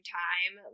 time